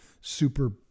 super